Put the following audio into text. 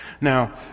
Now